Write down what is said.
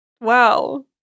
Wow